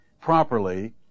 properly